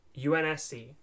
UNSC